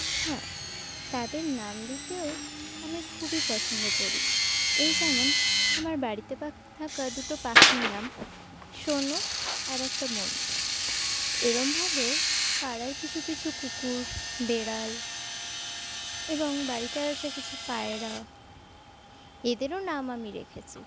হ্যাঁ তাদের নাম দিতেও আমি খুবই পছন্দ করি এই যেমন আমার বাড়িতে থাকা দুটো পাখির নাম সোনু আর একটা মনু এরমভাবেও পাড়ার কিছু কিছু কুকুর বেড়াল এবং বাড়িতে আসা কিছু পায়রা এদেরও নাম আমি রেখেছি